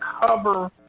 cover